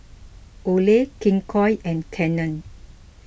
Olay King Koil and Canon